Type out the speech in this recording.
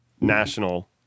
national